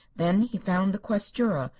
then he found the questura,